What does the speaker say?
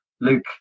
Luke